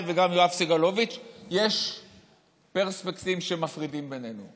וגם יואב סגלוביץ' יש פרספקסים שמפרידים בינינו.